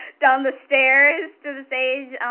down the stairs to the stage.